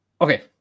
Okay